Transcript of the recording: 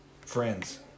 friends